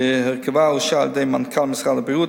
שהרכבה אושר על-ידי מנכ"ל משרד הבריאות,